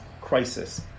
crisis